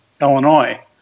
Illinois